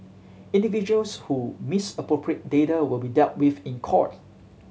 individuals who misappropriate data will be dealt with in court